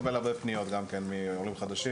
גם אני מקבל הרבה פניות מעולים חדשים